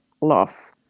love